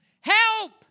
Help